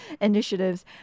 initiatives